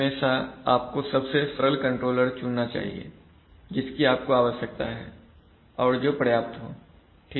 हमेशा आपको सबसे सरल कंट्रोलर चुनना चाहिए जिसकी आपको आवश्यकता है और जो पर्याप्त हो ठीक है